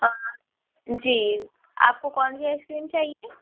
آ جی آپ کو کون سی آئس کریم چاہیے